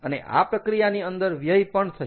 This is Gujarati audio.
અને આ પ્રક્રિયાની અંદર વ્યય પણ થશે